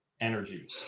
Energy